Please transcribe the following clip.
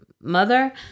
mother